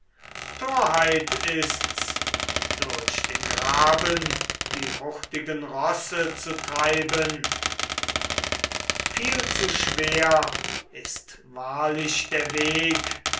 torheit ist's durch den graben die hurtigen rosse zu treiben viel zu schwer ist wahrlich der weg